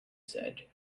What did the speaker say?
said